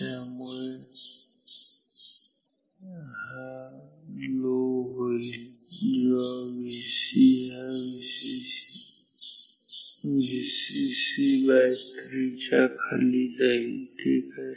त्यामुळे हा लो होईल जेव्हा Vc हा Vcc3 पेक्षा खाली जाईल ठीक आहे